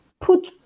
put